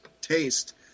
taste